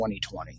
2020